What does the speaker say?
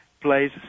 plays